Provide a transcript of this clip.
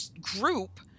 group